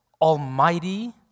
almighty